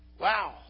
Wow